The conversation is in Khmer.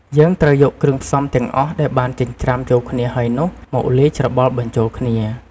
យើងត្រូវយកគ្រឿងផ្សំទាំងអស់ដែលបានចិញ្ច្រាំចូលគ្នាហើយនោះ មកលាយច្របល់បញ្ចូលគ្នា។